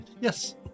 Yes